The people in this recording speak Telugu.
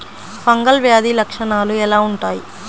ఫంగల్ వ్యాధి లక్షనాలు ఎలా వుంటాయి?